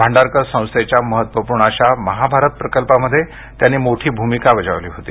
भांडारकर संस्थेच्या महत्वपूर्ण अशा महाभारत प्रकल्पामध्ये त्यांनी मोठी भूमिका बजावली होती